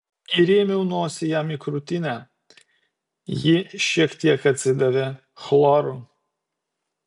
įrėmiau nosį jam į krūtinę ji šiek tiek atsidavė chloru